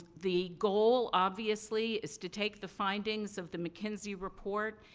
the goal, obviously, is to take the findings of the mckinsey report,